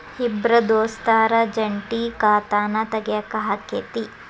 ಇಬ್ರ ದೋಸ್ತರ ಜಂಟಿ ಖಾತಾನ ತಗಿಯಾಕ್ ಆಕ್ಕೆತಿ?